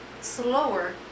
slower